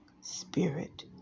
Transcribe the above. spirit